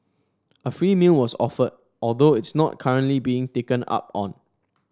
a free meal was offered although it's not currently being taken up on